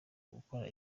gukora